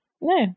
no